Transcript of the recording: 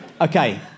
Okay